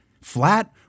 Flat